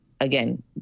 Again